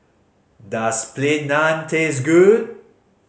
does Plain Naan taste good